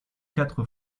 quatre